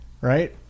right